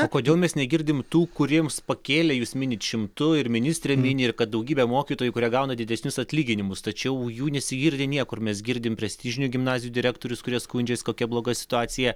o kodėl mes negirdim tų kuriems pakėlė jūs minit šimtu ir ministrė mini ir kad daugybė mokytojų kurie gauna didesnius atlyginimus tačiau jų nesigirdi niekur mes girdime prestižinių gimnazijų direktorius kurie skundžias kokia bloga situacija